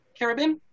Carabin